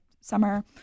summer